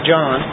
John